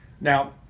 Now